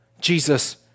Jesus